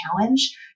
challenge